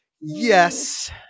Yes